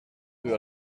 rue